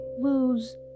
lose